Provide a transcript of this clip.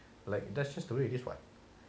like that's just the way it this what